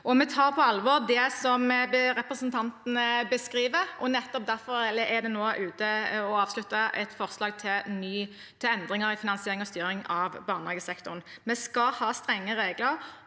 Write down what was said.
Vi tar på alvor det som representanten beskriver. Nettopp derfor er det nå ute, og avsluttet, et forslag til endringer i finansiering og styring av barnehagesektoren. Vi skal ha strenge regler